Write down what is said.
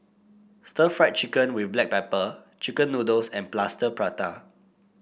Stir Fried Chicken with Black Pepper Chicken noodles and Plaster Prata